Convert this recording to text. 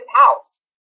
house